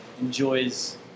enjoys